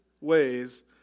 ways